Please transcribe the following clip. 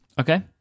okay